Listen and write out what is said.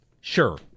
Sure